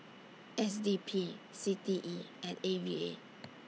S D P C T E and A V A